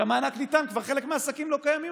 כשהמענק ניתן כבר חלק מהעסקים לא קיימים,